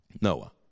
Noah